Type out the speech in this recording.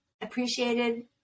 appreciated